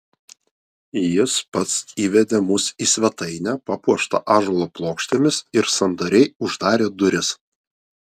jis pats įvedė mus į svetainę papuoštą ąžuolo plokštėmis ir sandariai uždarė duris